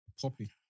Poppy